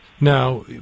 Now